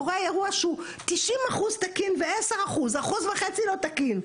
שהוא 90% תקין ו-10% לא תקין,